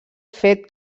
fet